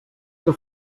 que